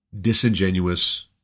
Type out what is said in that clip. disingenuous